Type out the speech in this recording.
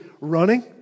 running